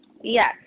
Yes